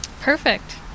perfect